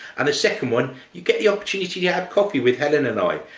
and the second one, you get the opportunity to have coffee with helen and i.